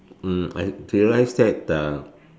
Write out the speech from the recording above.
mm I realise that the